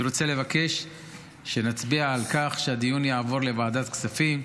אני רוצה לבקש שנצביע על כך שהדיון יעבור לוועדת הכספים.